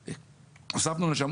כסף אתה מעביר בזמן.